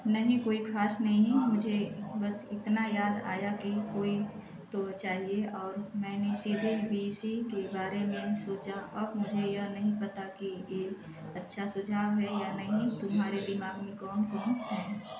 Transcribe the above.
नहीं कोई खास नहीं मुझे बस इतना याद आया कि कोई तो चाहिए और मैंने सीधे वी सी के बारे में सोचा अब मुझे यह नहीं पता की ये अच्छा सुझाव है या नहीं तुम्हारे दिमाग में कौन कौन है